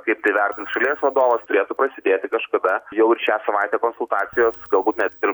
kaip tai vertins šalies vadovas turėtų prasidėti kažkada jau ir šią savaitę konsultacijos galbūt mes ir